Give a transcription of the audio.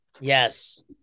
Yes